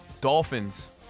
Dolphins